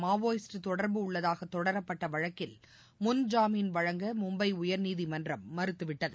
Maoist தொடர்பு உள்ளதாக தொடரப்பட்ட வழக்கில் முன் ஜாமீன் வழங்க மும்பை உயர்நீதிமன்றம் மறுத்துவிட்டது